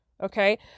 Okay